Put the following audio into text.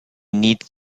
needs